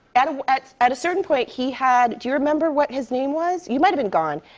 and at at a certain point, he had do you remember what his name was? you might have been gone.